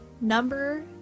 Number